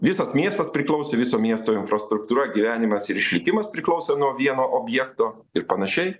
visas miestas priklausė viso miesto infrastruktūra gyvenimas ir išlikimas priklausė nuo vieno objekto ir panašiai